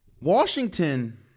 Washington